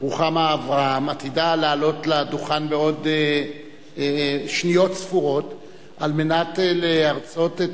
רוחמה אברהם עתידה לעלות לדוכן בעוד שניות ספורות על מנת להרצות,